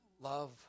love